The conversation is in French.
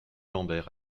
lambert